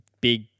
big